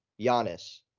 Giannis